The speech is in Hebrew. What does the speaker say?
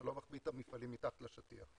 אתה לא מחביא את המפעלים מתחת לשטיח.